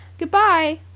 good-bye.